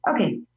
Okay